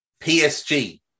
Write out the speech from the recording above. PSG